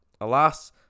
alas